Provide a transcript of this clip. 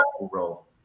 role